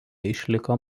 išliko